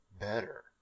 better